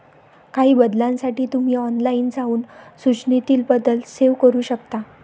काही बदलांसाठी तुम्ही ऑनलाइन जाऊन सूचनेतील बदल सेव्ह करू शकता